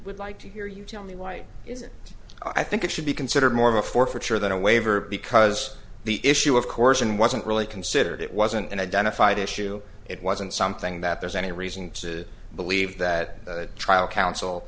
would like to hear you tell me why is it i think it should be considered more of a forfeiture than a waiver because the issue of course in wasn't really considered it wasn't an identified issue it wasn't something that there's any reason to believe that a trial counsel